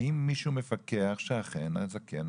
האם מישהו מפקח שאכן הזקן,